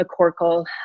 McCorkle